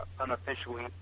unofficially